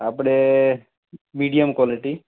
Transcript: આપડે medium quality